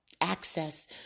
access